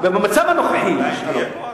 במצב הנוכחי, האם תהיה פה אז?